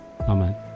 Amen